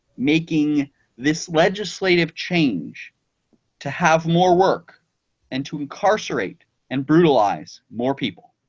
making this legislative change to have more work and to incarcerate and brutalize more people